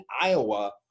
Iowa